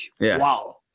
wow